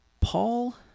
Paul